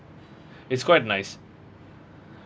it's quite nice